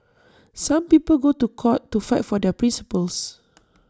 some people go to court to fight for their principles